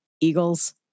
eagles